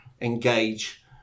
engage